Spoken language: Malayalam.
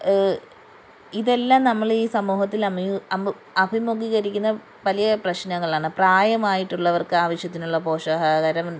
ഇതെല്ലാം നമ്മൾ ഈ സമൂഹത്തിൽ അമി അമി അഭിമുഖീകരിക്കുന്ന വലിയ പ്രശ്നങ്ങൾ ആണ് പ്രായമായിട്ടുള്ളവർക്ക് ആവശ്യത്തിനുള്ള പോഷകാഹാരം